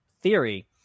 theory